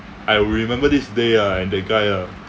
I will remember this day ah and that guy ah